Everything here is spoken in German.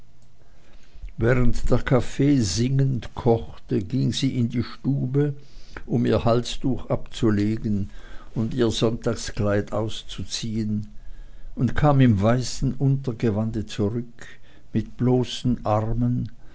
während der kaffee singend kochte ging sie in die stube um ihr halstuch abzulegen und ihr sonntagskleid auszuziehen und kam im weißen untergewande zurück mit bloßen armen